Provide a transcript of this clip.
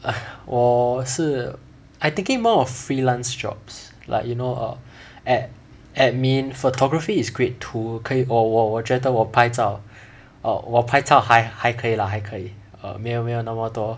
err 我我是 I thinking more of freelance jobs like you know err ad~ admin photography is great too 可以我我我觉得我拍照 err 我拍照还还可以 lah 还可以 err 没有没有那么多